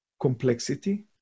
complexity